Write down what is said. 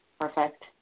Perfect